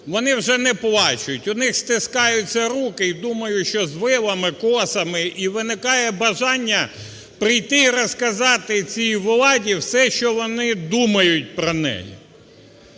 вони вже не плачуть, у них стискаються руки, і думаю, що з вилами, косами, і виникає бажання прийти і розказати цій владі все, що вони думають про неї.